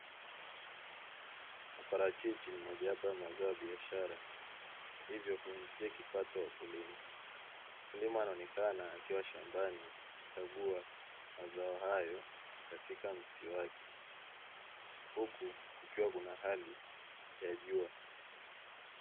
Maparachichi ni mojawapo ya mazao ya biashara hivyo huwaingizia kipato wakulima, mkulima anaonekana akiwa shambani akikagua mazao hayo katika mti wake huku kukiwa na hali ya jua.